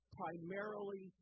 primarily